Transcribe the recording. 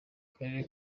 akarere